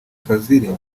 fazil